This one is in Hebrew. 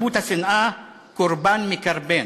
השנאה, קורבן מקרבן.